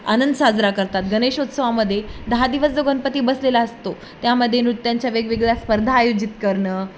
आनंद साजरा करतात गणेशोत्सवामध्ये दहा दिवस जो गणपती बसलेला असतो त्यामध्ये नृत्यांच्या वेगवेगळ्या स्पर्धा आयोजित करणं